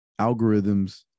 algorithms